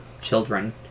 children